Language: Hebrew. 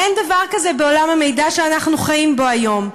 אין דבר כזה בעולם המידע שאנחנו חיים בו היום.